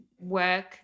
work